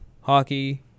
hockey